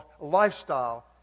lifestyle